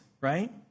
right